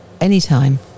anytime